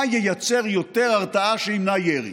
מה ייצר יותר הרתעה שתמנע ירי?